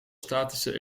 statische